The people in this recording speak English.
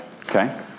Okay